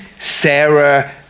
Sarah